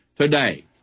today